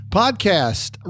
podcast